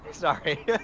Sorry